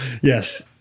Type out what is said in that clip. Yes